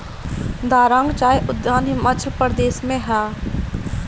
दारांग चाय उद्यान हिमाचल प्रदेश में हअ